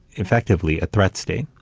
effectively, a threat state,